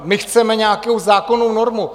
My chceme nějakou zákonnou normu.